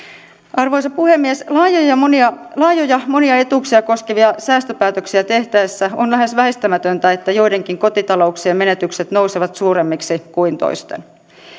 arvoisa puhemies laajoja monia laajoja monia etuuksia koskevia säästöpäätöksiä tehtäessä on lähes väistämätöntä että joidenkin kotitalouksien menetykset nousevat suuremmiksi kuin toisten